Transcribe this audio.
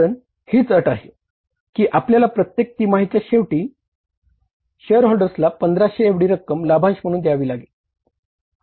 कारण हीच अट आहे की आपल्याला प्रत्येक तिमाहीचे शेवटी शेयरहोल्डर्सला 1500 एवढी रक्कम लाभांश म्हणून द्यायची आहे